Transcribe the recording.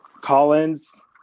Collins